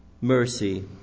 mercy